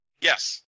Yes